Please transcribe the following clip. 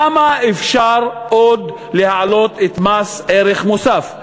כמה אפשר עוד להעלות את מס ערך מוסף?